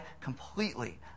completely